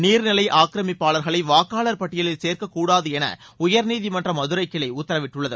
நீர்நிலை ஆக்கிரமிப்பாளர்களை வாக்காளர் பட்டியலில் சேர்க்கக்கூடாது என உயர்நீதிமன்ற மதுரை கிளை உத்தரவிட்டுள்ளது